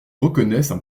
reconnaissent